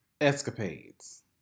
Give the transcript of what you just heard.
escapades